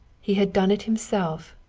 he had done it himself,